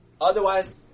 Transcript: Otherwise